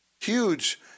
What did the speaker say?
Huge